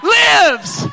lives